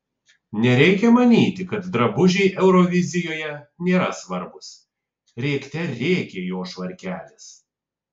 nereikia manyti kad drabužiai eurovizijoje nėra svarbūs rėkte rėkė jo švarkelis